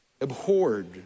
abhorred